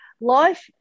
life